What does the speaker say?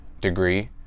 degree